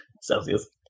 Celsius